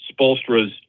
spolstra's